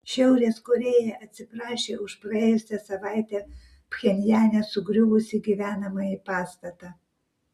šiaurės korėja atsiprašė už praėjusią savaitę pchenjane sugriuvusį gyvenamąjį pastatą